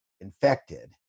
infected